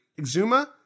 Exuma